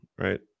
right